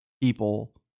people